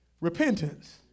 Repentance